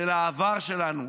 של העבר שלנו.